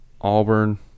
Auburn –